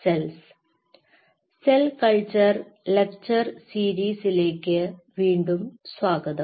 cell culture lecture സീരീസിലേക്ക് വീണ്ടും സ്വാഗതം